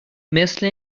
مثل